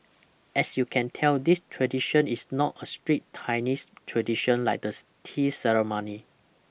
as you can tell this tradition is not a strict Chinese tradition like the tea ceremony